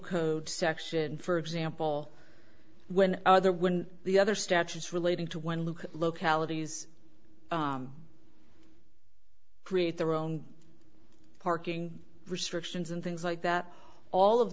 code section for example when other when the other statutes relating to one look at localities create their own parking restrictions and things like that all of